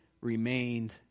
remained